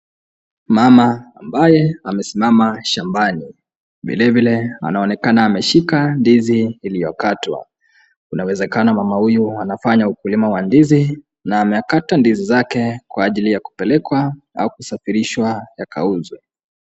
Mama ambaye amesimama shambani vilevile anaonekana ameshika ndizi iliyokatwa. Kunawezekana mama huyu anafanya ukulima wa ndizi na amekata ndizi zake kwa ajili ya kupelekewa au kusafirishwa yakauzwe.